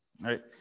Right